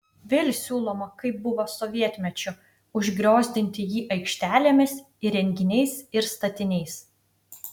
vėl siūloma kaip buvo sovietmečiu užgriozdinti jį aikštelėmis įrenginiais ir statiniais